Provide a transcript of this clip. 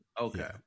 okay